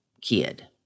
kid